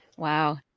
Wow